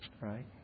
right